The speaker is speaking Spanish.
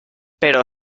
pero